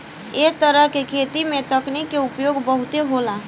ऐ तरह के खेती में तकनीक के उपयोग बहुत होला